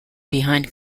behind